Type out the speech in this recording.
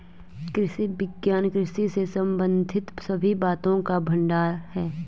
कृषि विज्ञान कृषि से संबंधित सभी बातों का भंडार है